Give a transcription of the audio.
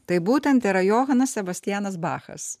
tai būtent yra johanas sebastianas bachas